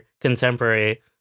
contemporary